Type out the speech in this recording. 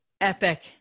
epic